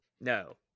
No